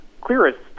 clearest